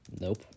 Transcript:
Nope